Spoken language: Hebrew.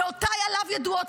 דעותיי עליו ידועות,